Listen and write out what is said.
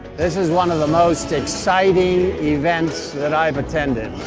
this is one of the most exciting events that i've attended.